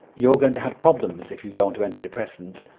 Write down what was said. you're going to have problems if you go onto antidepressants,